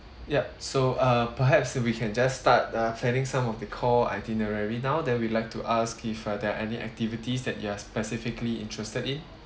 yup so uh perhaps we can just start uh planning some of the core itinerary now then we like to ask if uh there're any activities that you are specifically interested in